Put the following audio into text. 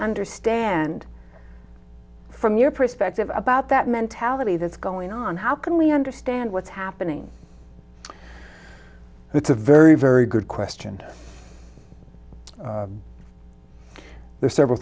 understand from your perspective about that mentality that's going on how can we understand what's happening it's a very very good question there's several